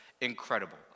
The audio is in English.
Incredible